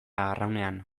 arraunean